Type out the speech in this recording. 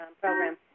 program